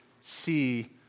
see